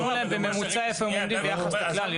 שיירשמו להם בממוצע איפה הם עומדים ביחס לכלל,